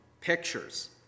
pictures